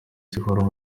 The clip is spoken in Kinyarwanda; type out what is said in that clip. zihoraho